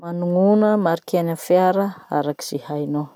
Manognona marika na fiara araky ze hainao?